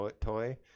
toy